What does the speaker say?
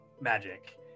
magic